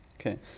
Okay